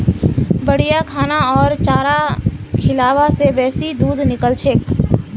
बढ़िया खाना आर चारा खिलाबा से बेसी दूध निकलछेक